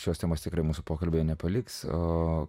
šios temos tikrai mūsų pokalbio nepaliks o